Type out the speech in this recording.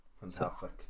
Fantastic